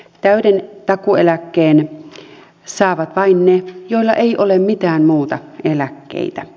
täyden takuueläkkeen saavat vain ne joilla ei ole mitään muita eläkkeitä